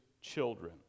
children